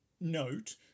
note